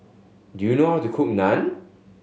do you know how to cook Naan